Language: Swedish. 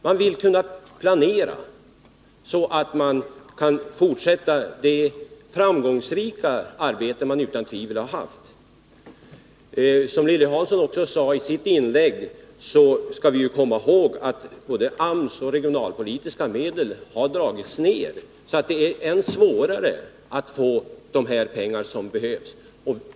Man vill kunna planera, så att man kan fortsätta det framgångsrika arbete man utan tvivel bedrivit hittills. Som Lilly Hansson sade i sitt inlägg skall vi komma ihåg att både AMS och regionalpolitiska medel har dragits ned, så att det är ännu svårare än tidigare att få de pengar som behövs.